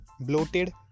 bloated